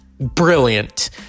Brilliant